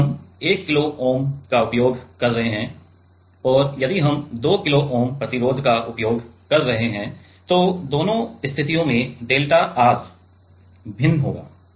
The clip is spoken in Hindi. यदि हम 1 किलो ओम का उपयोग कर रहे हैं और यदि हम 2 किलो ओम प्रतिरोध का उपयोग कर रहे हैं तो दोनों स्थितियो में डेल्टा R भिन्न होंगा